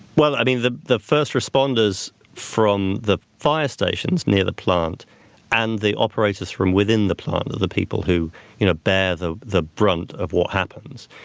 well, i mean the the first responders from the fire stations near the plant and the operators from within the plant are the people who you know bear the the brunt of what happens.